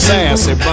Sassy